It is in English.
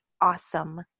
awesome